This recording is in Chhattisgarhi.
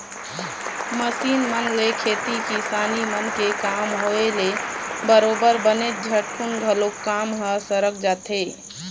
मसीन मन ले खेती किसानी मन के काम होय ले बरोबर बनेच झटकुन घलोक काम ह सरक जाथे